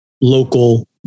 local